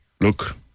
look